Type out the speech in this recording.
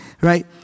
right